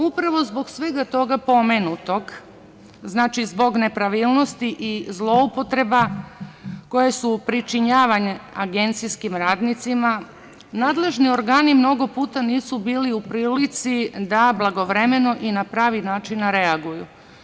Upravo zbog svega toga pomenutog, znači zbog nepravilnosti i zloupotreba koje su pričinjavane agencijskim radnicima, nadležni organi mnogo puta nisu bili u prilici da blagovremeno i na pravi način reaguju.